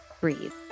breathe